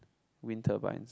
wind turbine